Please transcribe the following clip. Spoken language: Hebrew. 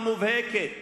המובהקת